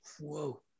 Whoa